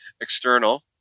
external